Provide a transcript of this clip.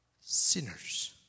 sinners